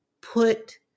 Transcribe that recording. put